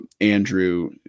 Andrew